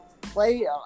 play